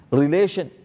relation